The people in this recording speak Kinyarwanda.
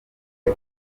col